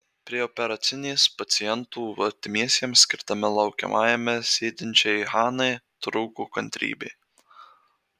prie operacinės pacientų artimiesiems skirtame laukiamajame sėdinčiai hanai trūko kantrybė